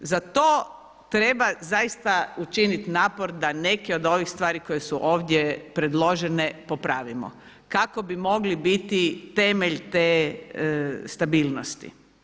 Za to treba zaista učiniti napor da neke od ovih stvari koje su ovdje predložene popravimo kako bi mogli biti temelj te stabilnosti.